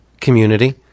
community